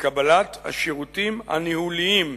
לקבלת השירותים הניהוליים הנדרשים.